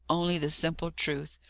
only the simple truth.